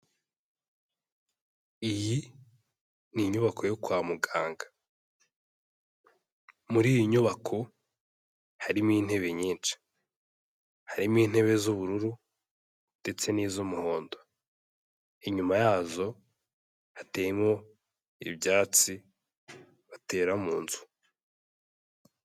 Iyi ni inyubako yo kwa muganga muri iyi nyubako harimo intebe nyinshi, harimo intebe z'ubururu ndetse n'iz'umuhondo, inyuma yazo hateyemo ibyatsi batera mu nzu.